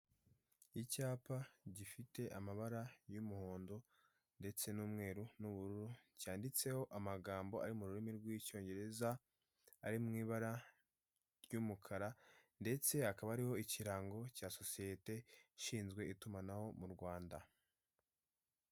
inyubako ikoreramo saniramu ikigo gikorera mu Rwanda gitanga ubwishingizi hari mudasobwa eshatu amafoto ari ku gikuta ndetse n'ibyapa.